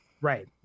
Right